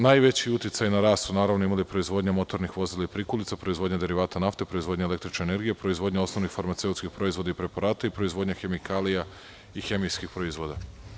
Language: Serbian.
Najveći uticaj na rast su, naravno, imali proizvodnja motornih vozila i prikolica, proizvodnja derivata nafte, proizvodnja električne energije, proizvodnja osnovnih farmaceutskih proizvoda i preparata i proizvodnja hemikalija i hemijskih proizvoda.